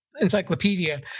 encyclopedia